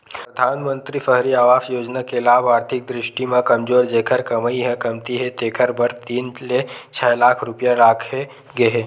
परधानमंतरी सहरी आवास योजना के लाभ आरथिक दृस्टि म कमजोर जेखर कमई ह कमती हे तेखर बर तीन ले छै लाख रूपिया राखे गे हे